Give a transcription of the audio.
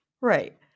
Right